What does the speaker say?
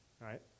right